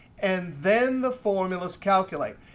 and then the formulas calculate.